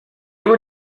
were